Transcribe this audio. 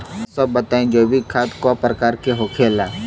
रउआ सभे बताई जैविक खाद क प्रकार के होखेला?